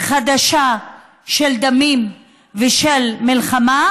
חדשה של דמים ושל מלחמה,